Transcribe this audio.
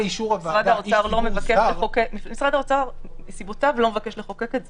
משרד האוצר מסיבותיו לא מבקש לחוקק את זה.